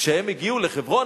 כשהם הגיעו לחברון,